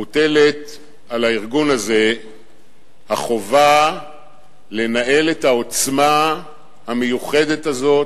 מוטלת על הארגון הזה החובה לנהל את העוצמה המיוחדת הזאת,